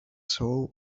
soul